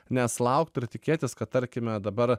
nes laukt ir tikėtis kad tarkime dabar